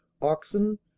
oxen